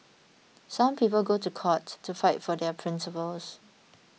some people go to court to fight for their principles